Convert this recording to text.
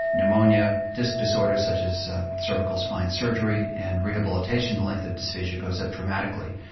pneumonia, disc disorder such as cervical spine surgery, and rehabilitation, the length of dysphagia goes up dramatically.